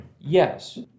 Yes